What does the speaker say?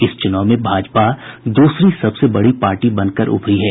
इस चुनाव में भाजपा दूसरी सबसे बड़ी पार्टी बनकर उभरी है